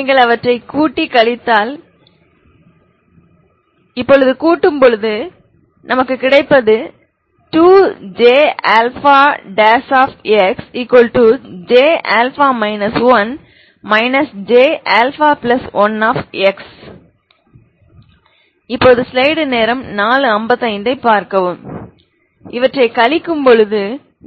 நீங்கள் அவற்றை கூட்டி கழித்தால் எனவே கூட்டும்போது நமக்குக் கிடைப்பது 2JxJα 1x Jα1x கழிக்கும் போது